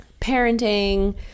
parenting